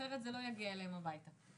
אחרת זה לא יגיע אליהם הביתה.